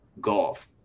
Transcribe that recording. golf